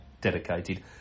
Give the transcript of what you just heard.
dedicated